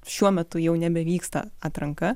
šiuo metu jau nebevyksta atranka